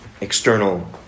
external